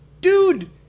dude